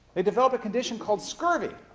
they'd develop a condition called scurvy.